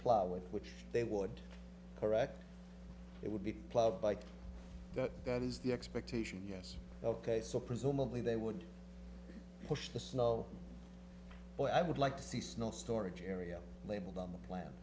plywood which they would correct it would be like that is the expectation yes ok so presumably they would push the snow but i would like to see snow storage area labeled on the plan